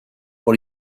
por